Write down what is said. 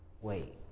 Wait